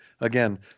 Again